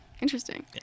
Interesting